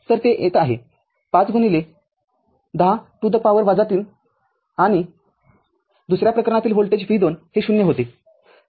तरते येत आहे ५१० to the power ३ ज्यूल आणि दुसऱ्या प्रकरणातील व्होल्टेज v२हे ० होते